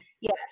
yes